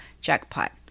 jackpot